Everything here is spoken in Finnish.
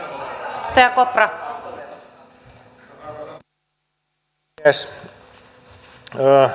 arvoisa rouva puhemies